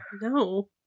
No